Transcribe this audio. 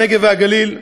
הנגב והגליל,